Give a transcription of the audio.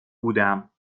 بودم